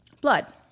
Blood